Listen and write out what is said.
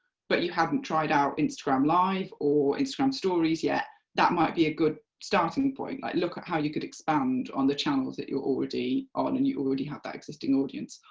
but you hadn't tried out instagram live or instagram stories yet, that might be a good starting point. look at how you could expand on the channels you're already on, and you already have that existing audience,